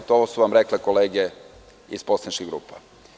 To su vam rekle kolege iz poslaničkih grupa.